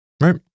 right